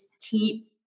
keep